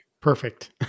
Perfect